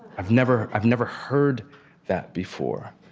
i've never i've never heard that before.